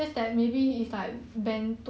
!huh!